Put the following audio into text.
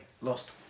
lost